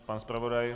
Pan zpravodaj?